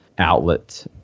outlet